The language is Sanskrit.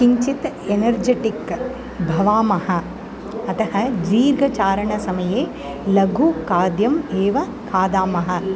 किञ्चित् एनर्जेटिक् भवामः अतः दीर्घचारणसमये लघुखाद्यम् एव खादामः